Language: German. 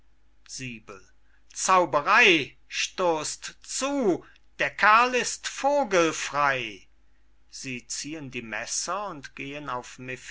zauberey stoßt zu der kerl ist vogelfrey sie ziehen die messer und gehn auf